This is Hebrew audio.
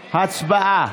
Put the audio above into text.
הצבעה.